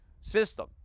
system